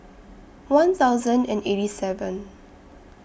one thousand and eighty seven